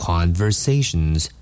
Conversations